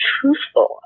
truthful